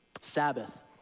Sabbath